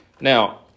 Now